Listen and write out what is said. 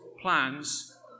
plans